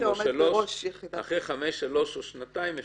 או שלוש שנים או שנתיים,